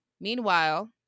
Meanwhile